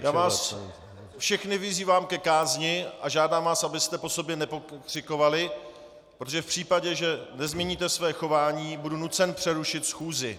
Já vás všechny vyzývám ke kázni a žádám vás, abyste po sobě nepokřikovali, protože v případě, že nezměníte své chování, budu nucen přerušit schůzi!